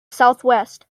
southwest